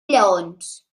lleons